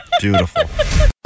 Beautiful